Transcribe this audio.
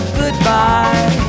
goodbye